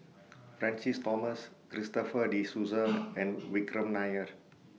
Francis Thomas Christopher De Souza and Vikram Nair